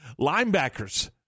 linebackers